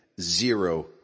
zero